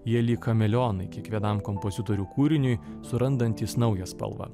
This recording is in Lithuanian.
jie lyg chameleonai kiekvienam kompozitorių kūriniui surandantys naują spalvą